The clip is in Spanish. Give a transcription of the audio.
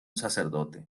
sacerdote